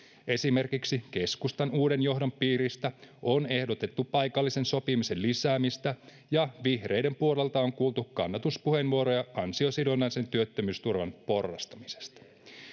esimerkiksi keskustan uuden johdon piiristä on ehdotettu paikallisen sopimisen lisäämistä ja vihreiden puolelta on kuultu kannatuspuheenvuoroja ansiosidonnaisen työttömyysturvan porrastamisesta